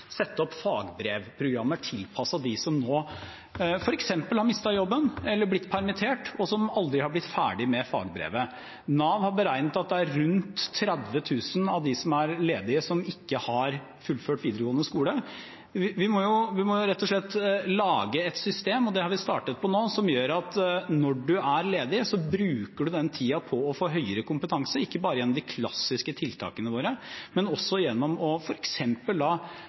sette opp fagbrevprogrammer tilpasset dem som nå f.eks. har mistet jobben eller er blitt permittert, og som aldri har blitt ferdig med fagbrevet. Nav har beregnet at det er rundt 30 000 av dem som er ledige, som ikke har fullført videregående skole. Vi må rett og slett lage et system – og det har vi startet på nå – som gjør at når man er ledig, bruker man den tiden på å få høyere kompetanse, ikke bare gjennom de klassiske tiltakene våre, men også gjennom f.eks. å